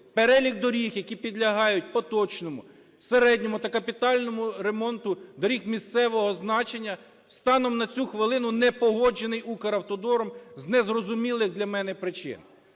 перелік доріг, які підлягають поточному, середньому та капітальному ремонту доріг місцевого значення, станом на цю хвилину не погоджений "Укравтодором" з незрозумілих для мене причин.